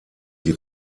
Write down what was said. die